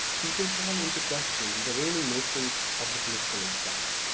people call into question the reigning notions of the political itself.